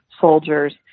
soldiers